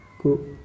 ku